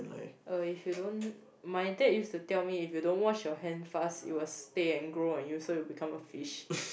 uh if you don't my dad used to tell me if you don't wash your hand fast it will stay and grow on you so you will become a fish